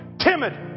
timid